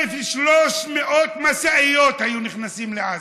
1,300 משאיות היו נכנסות לעזה,